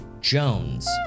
Jones